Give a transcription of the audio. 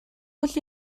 үйл